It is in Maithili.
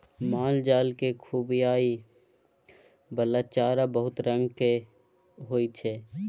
मालजाल केँ खुआबइ बला चारा बहुत रंग केर होइ छै